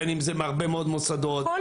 בין אם זה מהרבה מאוד מוסדות --- כל